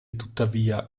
tuttavia